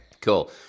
Cool